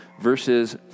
Verses